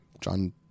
John